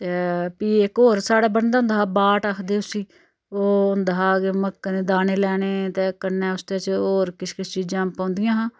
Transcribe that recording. ते फ्ही इक होर साढ़ै बनदा होंदा हा बाट आखदे उसी ओह् होंदा हा कि मक्कें दे दाने लैने ते कन्नै उसदे च होर किश किश चीजां पौंदियां हियां